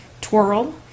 Twirl